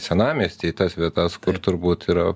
senamiestį į tas vietas kur turbūt yra